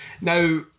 now